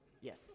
yes